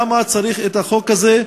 למה צריך את החוק הזה,